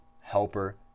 helper